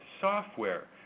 software